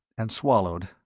and swallowed.